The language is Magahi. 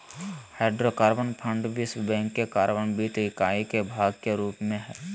हाइड्रोकार्बन फंड विश्व बैंक के कार्बन वित्त इकाई के भाग के रूप में हइ